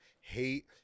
hate